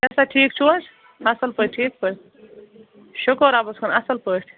کیٛاہ سا ٹھیٖک چھُو حظ اَصٕل پٲٹھۍ ٹھیٖک پٲٹھۍ شُکُر رۄبَس کُن اَصٕل پٲٹھۍ